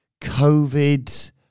COVID